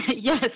Yes